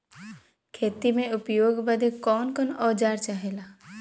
खेती में उपयोग बदे कौन कौन औजार चाहेला?